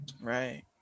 Right